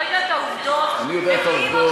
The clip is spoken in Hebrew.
יודע את העובדות --- אני יודע את העובדות,